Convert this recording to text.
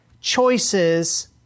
choices